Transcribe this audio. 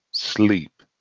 sleep